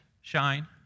shine